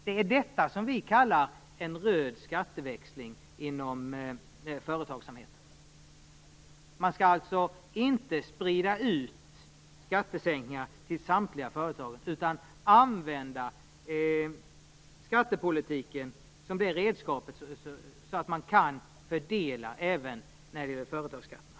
Det är detta som vi kallar för en röd skatteväxling inom företagsamheten. Man skall alltså inte sprida ut skattesänkningarna till samtliga företag utan använda skattepolitiken som ett redskap så att man kan göra en fördelning även i fråga om företagsskatterna.